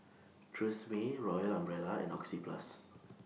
Tresemme Royal Umbrella and Oxyplus